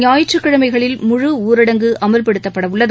ஞாயிற்றுக்கிழமைகளில் முழு ஊரடங்கு அமல்படுத்தப்பட்டுள்ளது